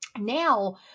Now